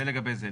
זה לגבי זה.